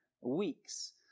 weeks